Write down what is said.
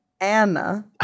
Anna